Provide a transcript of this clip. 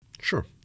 Sure